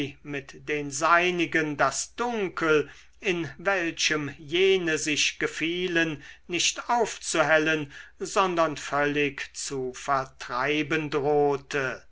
mit den seinigen das dunkel in welchem jene sich gefielen nicht aufzuhellen sondern völlig zu vertreiben drohte